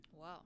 wow